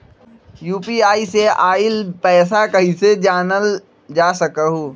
UPI से आईल पैसा कईसे जानल जा सकहु?